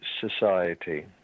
society